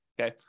Okay